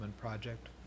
project